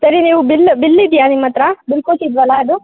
ಸರಿ ನೀವು ಬಿಲ್ ಬಿಲ್ಲಿದೆಯಾ ನಿಮ್ಮ ಹತ್ರ ಬಿಲ್ ಕೊಟ್ಟಿದ್ದೆವಲ್ಲ ಅದು